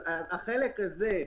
החלק הזה,